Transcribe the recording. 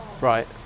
Right